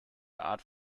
art